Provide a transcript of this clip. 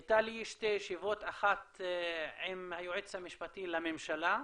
היו לי שתי ישיבות, אחת עם היועץ המשפטי לממשלה,